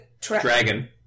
Dragon